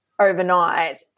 overnight